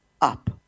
up